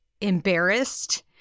embarrassed